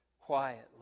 quietly